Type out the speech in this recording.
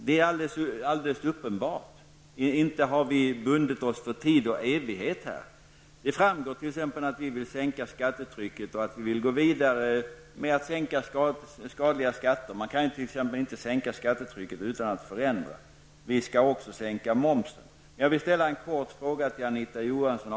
Det är helt uppenbart. Inte har vi bundit oss för tid och evighet. Det framgår t.ex. av motionen att vi vill sänka skattetrycket och gå vidare med att avskaffa skadliga skatter. Man kan ju inte sänka skattetrycket utan att förändra systemet. Vi vill också sänka momsen.